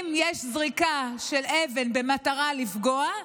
אם יש זריקה של אבן במטרה לפגוע,